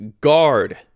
Guard